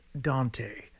Dante